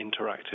interactive